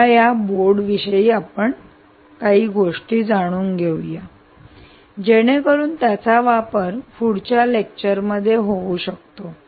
चला या बोर्ड विषयी काही गोष्टी जाणून घेऊया जेणेकरून त्याचा वापर पुढच्या लेक्चर मध्ये होऊ शकतो